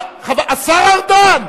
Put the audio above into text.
תעזבו את ההתנגדות,